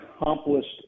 accomplished